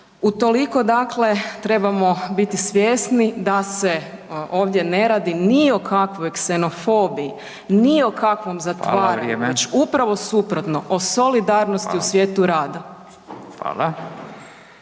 Utoliko dakle trebamo biti svjesni da se ovdje ne radi ni o kakvoj ksenofobiji, ni o kakvom zatvaranju .../Upadica: Hvala, vrijeme./... upravo suprotno, o solidarnosti u svijetu rada.